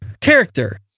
character